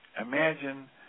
Imagine